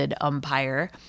umpire